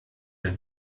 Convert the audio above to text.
der